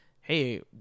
hey